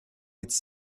its